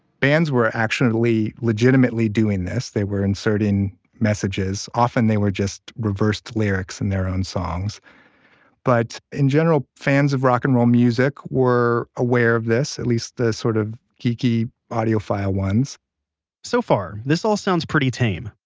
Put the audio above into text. bands were actually, legitimately doing this. they were inserting messages, often they were just reversed lyrics in their own songs but in general fans of rock and roll music were aware of this, at least the sort of geeky audiophile ones so far this all sounds pretty tame,